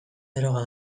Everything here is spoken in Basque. droga